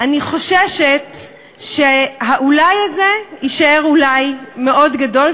אני חוששת שה"אולי" הזה יישאר אולי מאוד גדול,